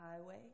highway